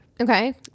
okay